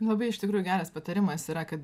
labai iš tikrųjų geras patarimas yra kad